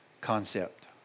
concept